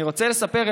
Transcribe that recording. אני רוצה לספר,